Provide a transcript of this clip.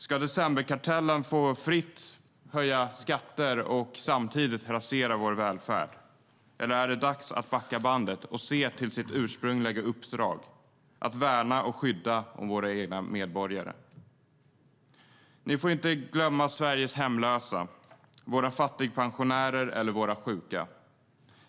Ska decemberkartellen fritt få höja skatter och samtidigt rasera vår välfärd, eller är det dags att backa bandet och se till vårt ursprungliga uppdrag att värna och skydda våra egna medborgare? Ni får inte glömma Sveriges hemlösa, våra fattigpensionärer eller våra sjuka.